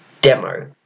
demo